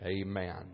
Amen